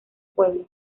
pueblo